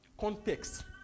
Context